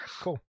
cool